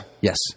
Yes